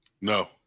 No